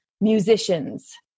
musicians